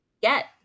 get